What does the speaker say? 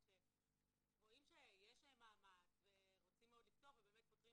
רואים שיש מאמץ ורוצים מאוד לפתור ובאמת פותרים